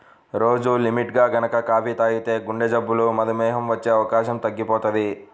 రోజూ లిమిట్గా గనక కాపీ తాగితే గుండెజబ్బులు, మధుమేహం వచ్చే అవకాశం తగ్గిపోతది